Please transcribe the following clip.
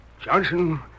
Johnson